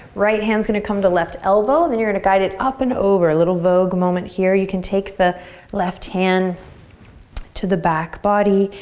right hand's gonna come to left elbow. then you're gonna guide it up and over. little vogue moment here. you can take the left hand to the back body.